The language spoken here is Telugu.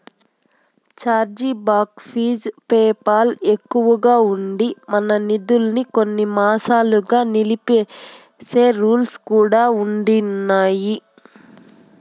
ఛార్జీ బాక్ ఫీజు పేపాల్ ఎక్కువగా ఉండి, మన నిదుల్మి కొన్ని మాసాలుగా నిలిపేసే రూల్స్ కూడా ఉండిన్నాయి